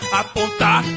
apontar